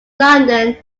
london